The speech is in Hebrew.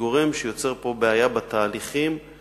כגורמים שיוצרים פה בעיה בתהליכים של